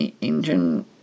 engine